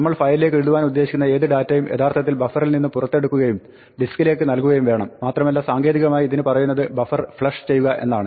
നമ്മൾ ഫയലിലേക്ക് എഴുതുവാനുദ്ദേശിക്കുന്ന ഏത് ഡാറ്റയും യഥാർത്ഥത്തിൽ ബഫറിൽ നിന്ന് പുറത്തെടുക്കുകയും ഡിസ്ക്കിലേക്ക് നൽകുകയും വേണം മാത്രമല്ല സാങ്കേതികമായി ഇതിന് പറയുന്നത് ബഫർ ഫ്ലഷ് ചെയ്യുക എന്നാണ്